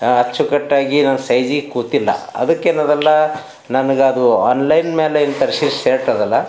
ಅಚ್ಚುಕಟ್ಟಾಗಿ ನನ್ನ ಸೈಜಿಗೆ ಕೂತಿಲ್ಲ ಅದಕ್ಕೇನದಲ್ಲ ನನಗೆ ಅದು ಅನ್ಲೈನ್ ಮ್ಯಾಲೆಯಿಂದ ತರ್ಸಿದ್ದು ಶರ್ಟ್ ಅದಲ್ಲ